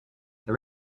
they